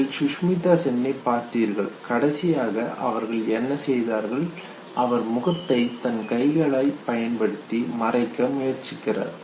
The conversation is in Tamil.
நீங்கள் சுஷ்மிதா சென்னைப் பார்த்தீர்கள் கடைசியாக அவர்கள் என்ன செய்தார்கள் அவர் முகத்தை தன் கைகளை பயன்படுத்தி மறைக்க முயற்சிக்கிறார்